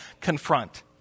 confront